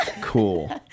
Cool